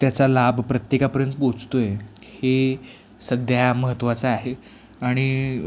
त्याचा लाभ प्रत्येकापर्यंत पोहोचतो आहे हे सध्या महत्त्वाचं आहे आणि